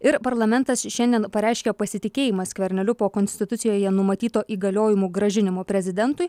ir parlamentas šiandien pareiškė pasitikėjimą skverneliu po konstitucijoje numatyto įgaliojimų grąžinimo prezidentui